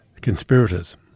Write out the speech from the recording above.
conspirators